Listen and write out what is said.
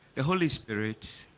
the holy spirit